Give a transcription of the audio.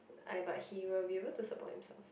I but he will be able to support himself